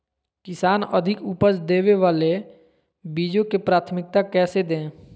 किसान अधिक उपज देवे वाले बीजों के प्राथमिकता कैसे दे?